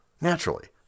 Naturally